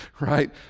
right